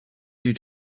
you